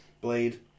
Blade